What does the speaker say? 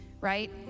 right